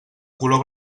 color